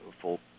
full